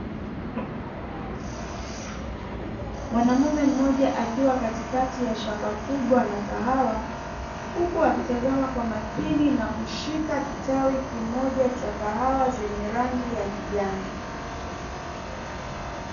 Mwanaume mmoja akiwa katikati ya shamba kubwa la kahawa, huku akitazama kwa makini na kushika kitawi kimoja cha kahawa zenye rangi ya kijani.